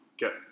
go